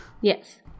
Yes